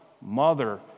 mother